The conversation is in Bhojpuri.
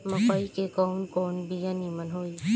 मकई के कवन कवन बिया नीमन होई?